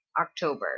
October